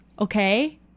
Okay